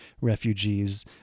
refugees